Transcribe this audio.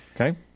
Okay